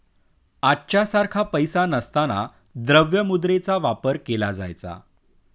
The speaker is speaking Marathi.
आजच्या सारखा पैसा नसताना द्रव्य मुद्रेचा वापर केला जायचा